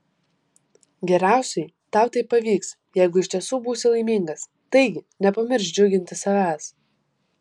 geriausiai tau tai pavyks jeigu iš tiesų būsi laimingas taigi nepamiršk džiuginti savęs